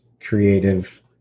creative